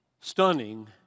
stunning